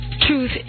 Truth